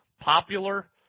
popular